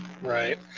Right